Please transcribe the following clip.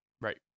Right